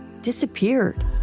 disappeared